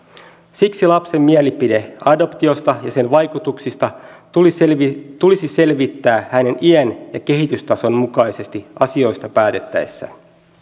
siksi lapsen mielipide adoptiosta ja sen vaikutuksista tulisi selvittää hänen ikänsä ja kehitystasonsa mukaisesti asioista päätettäessä